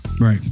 Right